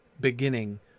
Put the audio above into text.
beginning